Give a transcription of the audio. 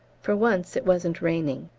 for once it wasn't raining.